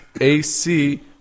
AC